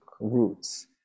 roots